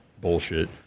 bullshit